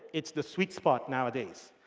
it's the sweet spot nowadays.